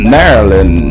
Maryland